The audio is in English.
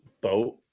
boat